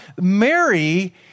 Mary